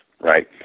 right